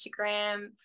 instagram